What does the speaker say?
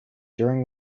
during